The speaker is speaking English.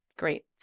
Great